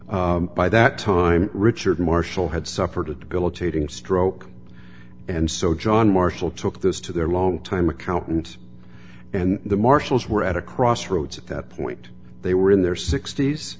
by that time richard marshall had suffered a debilitating stroke and so john marshall took this to their longtime accountant and the marshals were at a crossroads at that point they were in their sixt